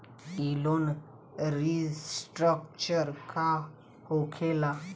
ई loan restructure का होखे ला?